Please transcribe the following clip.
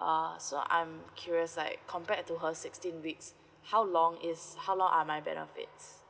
uh so I'm curious like compared to her sixteen weeks how long is how long are my benefits